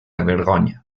vergonya